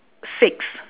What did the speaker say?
six